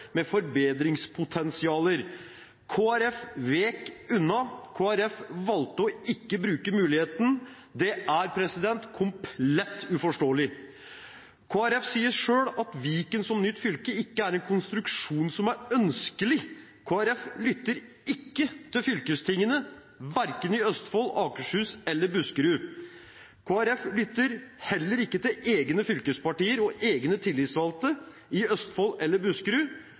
med forbedringspotensialer. Kristelig Folkeparti vek unna. Kristelig Folkeparti valgte å ikke bruke muligheten. Det er komplett uforståelig. Kristelig Folkeparti sier selv at Viken som nytt fylke ikke er en konstruksjon som er ønskelig. Kristelig Folkeparti lytter ikke til fylkestingene, verken i Østfold, Akershus eller Buskerud. Kristelig Folkeparti lytter heller ikke til egne fylkespartier og egne tillitsvalgte i Østfold eller Buskerud.